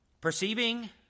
Perceiving